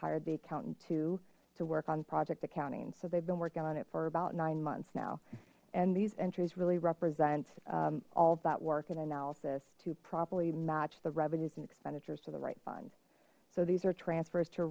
hired the accountant to to work on project accounting so they've been working on it for about nine months now and these entries really represents all that work and analysis to probably match the revenues and expenditures to the right fund so these are transfers to